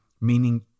meaning